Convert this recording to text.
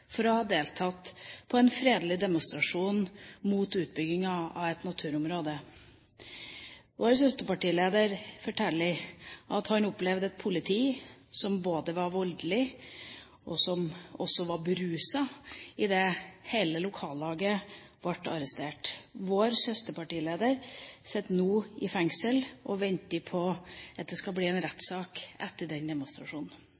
for å ha deltatt på en fredelig demonstrasjon mot utbygging av et naturområde. Vår søsterpartileder forteller at han opplevde et politi som var både voldelig og også beruset idet hele lokallaget ble arrestert. Vår søsterpartileder sitter nå i fengsel og venter på at det skal bli en